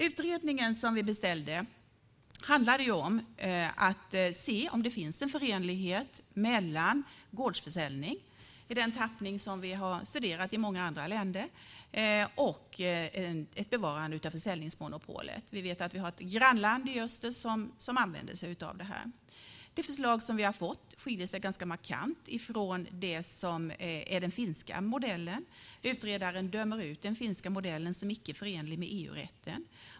Utredningen som vi beställde handlar om att se om det finns en förenlighet mellan gårdsförsäljning i den form som vi har studerat i många andra länder och ett bevarande av försäljningsmonopolet. Vi vet att vi har ett grannland i öster som använder detta. Det förslag som vi har fått skiljer sig ganska markant från den finska modellen. Utredaren dömer ut den finska modellen som icke-förenlig med EU-rätten.